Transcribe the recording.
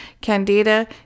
candida